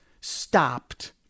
stopped